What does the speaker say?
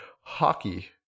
Hockey